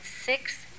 six